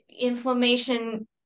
inflammation